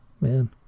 Man